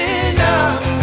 enough